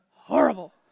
horrible